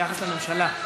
ביחס לממשלה?